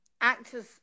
actors